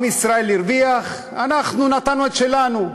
עם ישראל הרוויח, אנחנו נתנו את שלנו.